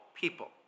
people